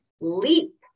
leap